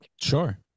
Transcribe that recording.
Sure